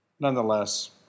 Nonetheless